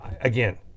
again